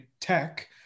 tech